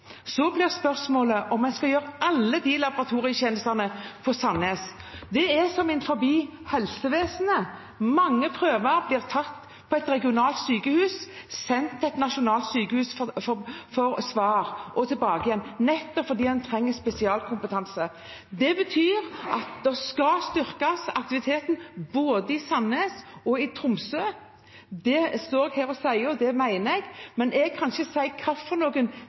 Så blir spørsmålet om en skal gjøre alle de laboratorietjenestene på Sandnes. Det er, som innenfor helsevesenet, mange prøver som blir tatt på et regionalt sykehus og sendt til et nasjonalt sykehus for svar og tilbake igjen, nettopp fordi en trenger spesialkompetanse. Det betyr at aktiviteten skal styrkes både i Sandnes og i Tromsø. Det står jeg her og sier, og det mener jeg, men jeg kan ikke si hva